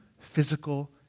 physical